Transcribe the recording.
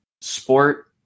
sport